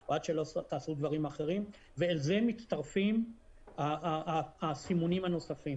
או עד שלא תעשו דברים אחרים' ולזה מצטרפים הסימונים הנוספים.